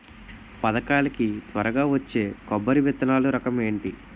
పథకాల కి త్వరగా వచ్చే కొబ్బరి విత్తనాలు రకం ఏంటి?